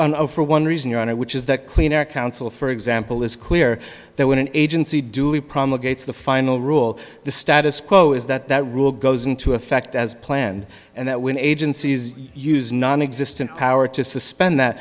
that for one reason your honor which is that clean air council for example is clear that when an agency duly promulgated the final rule the status quo is that that rule goes into effect as planned and that when agencies use nonexistent power to suspend that